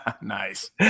Nice